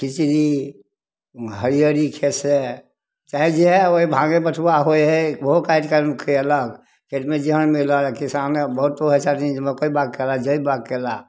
खिचड़ी हरियरी खेत से चाहे जेहए होइ हइ भाँगे बथुआ होइ हइ ओहो खाइत खाइत ओ खुएलक खेतमे जेहन मिलल किसाने बहुत एहन छथिन जे मकइ बाग केलक जइ बाग केला